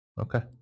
Okay